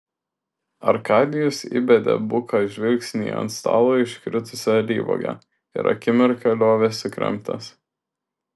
arkadijus įbedė buką žvilgsnį į ant stalo iškritusią alyvuogę ir akimirką liovėsi kramtęs